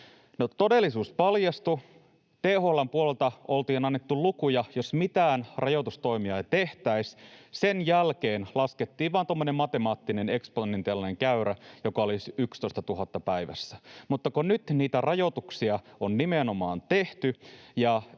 todellisuus paljastui: THL:n puolelta oltiin annettu lukuja siitä, jos mitään rajoitustoimia ei tehtäisi. Sen jälkeen laskettiin vain tuommoinen matemaattinen eksponentiaalinen käyrä, joka olisi 11 000 päivässä. Mutta nyt niitä rajoituksia on nimenomaan tehty,